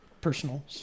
personal